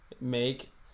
make